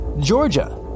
Georgia